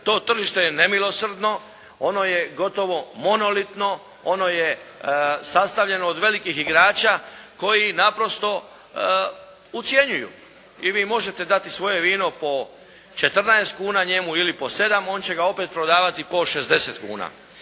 to tržište je nemilosrdno, ono je gotovo monolitno, ono je sastavljeno od velikih igrača koji naprosto ucjenjuju i vi možete dati svoje vino po 14 kuna njemu ili po 7, on će ga opet prodavati po 60 kuna